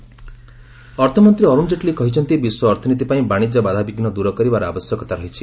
Jaitley WCO ଅର୍ଥମନ୍ତ୍ରୀ ଅରୁଣ ଜେଟ୍ଲୀ କହିଛନ୍ତି ବିଶ୍ୱ ଅର୍ଥନୀତି ପାଇଁ ବାଣିଜ୍ୟ ବାଧାବିଘୁ ଦୂରକରିବାର ଆବଶ୍ୟକତା ରହିଛି